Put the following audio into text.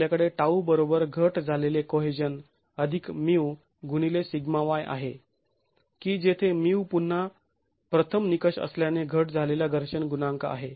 आपल्याकडे τ बरोबर घट झालेले कोहेजन अधिक μ गुणिले σy आहे की जेथे μ पुन्हा प्रथम निकष असल्याने घट झालेला घर्षण गुणांक आहे